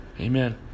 Amen